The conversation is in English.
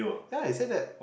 yeah he said that